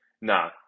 nah